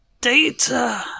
data